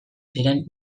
ziren